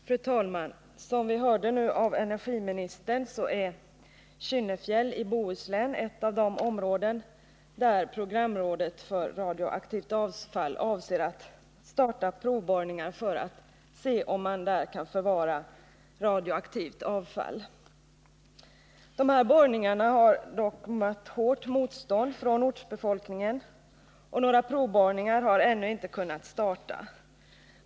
Fru talman! Som vi hörde nu av energiministern är Kynnefjäll i Bohuslän ett av de områden där programrådet för radioaktivt avfall avser att starta provborrningar — för att se om man där kan förvara radioaktivt avfall. De här borrningarna har mött hårt motstånd från ortsbefolkningen, och några provborrningar har ännu inte kunnat starta.